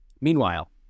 Meanwhile